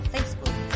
Facebook